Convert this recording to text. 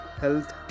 health